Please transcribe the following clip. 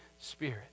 Spirit